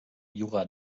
jura